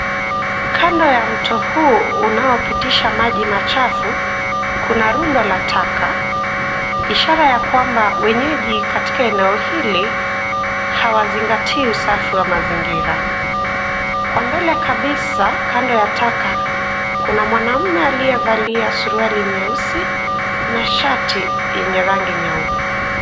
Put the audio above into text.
Kando ya mto huu unaopitisha maji machafu, kuna rundo la taka ishara ya kwamba wenyeji katika eneo hili hawazingatii usafi wa mazingira. Kwa mbele kabisa kando ya taka kuna mwanaume aliyevalia suruali nyeusi na shati yenye rangi nyeupe.